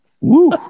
Woo